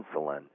insulin